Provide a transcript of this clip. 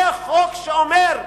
זה חוק שאומר,